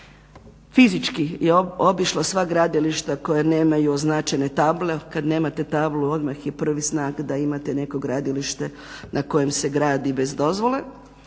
fizički je obišla sva gradilišta koja nemaju označene table, kad nemate tablu odmah je prvi znak da imate neko gradilište na kojem se gradi bez dozvole,